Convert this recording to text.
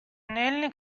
anelli